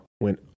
went